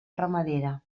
ramadera